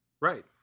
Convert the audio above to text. Right